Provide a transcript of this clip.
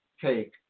take